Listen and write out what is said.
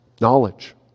knowledge